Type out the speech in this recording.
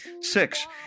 Six